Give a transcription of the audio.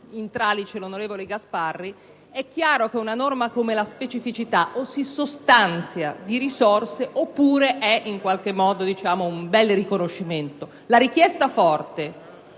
in tralice il senatore Gasparri - è chiaro che una norma come la specificità o si sostanzia di risorse oppure è in qualche modo soltanto un bel riconoscimento. La richiesta forte